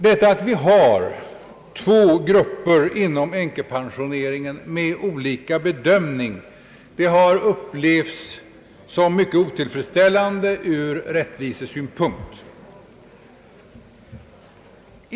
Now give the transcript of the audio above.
Detta att vi har två grupper inom änkepensioneringen med olika bedömning har upplevts som mycket otill fredsställande ur rättvisesynpunkt.